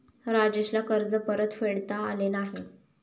राजेशला कर्ज परतफेडता आले नाही